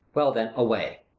well then, away.